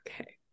okay